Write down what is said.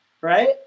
Right